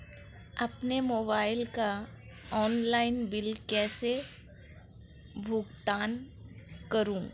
अपने मोबाइल का online bill कैसे भुगतान करूं?